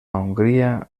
hongria